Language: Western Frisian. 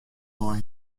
mei